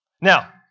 Now